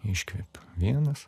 iškvepiu vienas